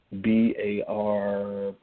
B-A-R